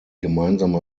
gemeinsame